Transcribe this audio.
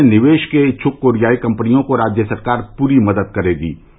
प्रदेष में निवेष के इच्छ्क कोरियाई कम्पनियों को राज्य सरकार पूरी मदद करेगी